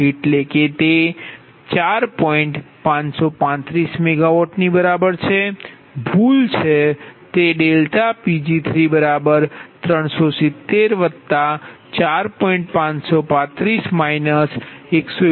535MW ની બરાબર છે ભૂલ છે તે Pg 370 4